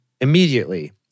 Immediately